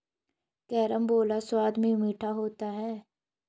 carambola स्वाद में मीठा होता है